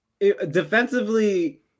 defensively